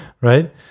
right